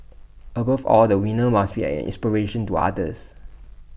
above all the winner must be an inspiration to others